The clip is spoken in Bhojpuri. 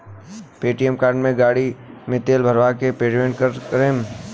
ए.टी.एम कार्ड से गाड़ी मे तेल भरवा के पेमेंट कैसे करेम?